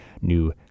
new